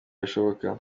gashoboka